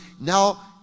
now